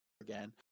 again